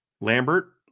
Lambert